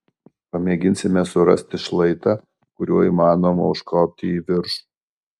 pamėginsime surasti šlaitą kuriuo įmanoma užkopti į viršų